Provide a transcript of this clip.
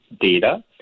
data